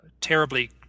terribly